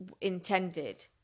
intended